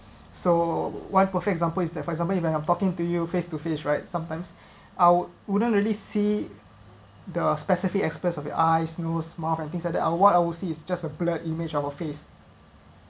so one perfect example is that for example if I've talking to you face to face right sometimes I wouldn't really see the specific experts of your eyes nose mouth and things like that and what I would see is just a blurred image of your face